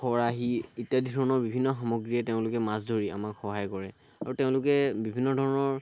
খৰাহি ইত্যাদি ধৰণৰ বিভিন্ন সামগ্ৰীৰে তেওঁলোকে মাছ ধৰি আমাক সহায় কৰে আৰু তেওঁলোকে বিভিন্ন ধৰণৰ